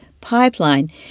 pipeline